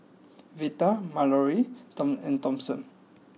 Veta Mallorie and Thompson